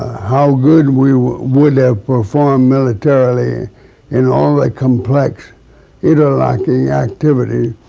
how good we would have performed militarily in all that complex interlocking activity,